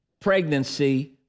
pregnancy